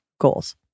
Goals